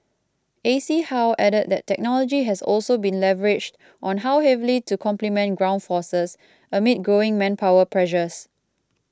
A C how added that technology has also been leveraged on heavily to complement ground forces amid growing manpower pressures